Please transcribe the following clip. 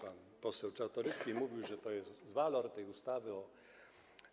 Pan poseł Czartoryski mówił, że to jest walor tej ustawy o